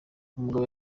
mugabo